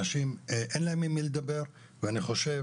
אנשים אין להם עם מי לדבר ואני חושב